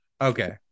Okay